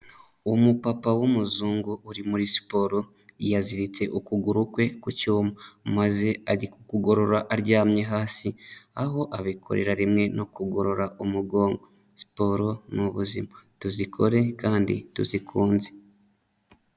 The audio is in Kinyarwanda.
Umupapa w'umuzungu uri muri siporo yaziritse ukuguru kwe ku cyuma maze ari kugorora aryamye hasi, aho abikorera rimwe no kugorora umugongo siporo ni ubuzima tuzikore kandi tuzikunze.